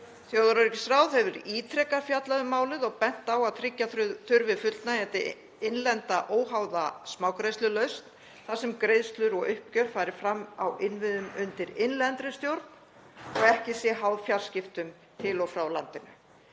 Þjóðaröryggisráð hefur ítrekað fjallað um málið og bent á að tryggja þurfi fullnægjandi, innlenda, óháða smágreiðslulausn þar sem greiðslur og uppgjör fari fram á innviðum undir innlendri stjórn og sé ekki háð fjarskiptum til og frá landinu.